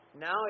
Now